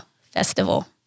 festival